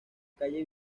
calle